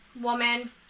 woman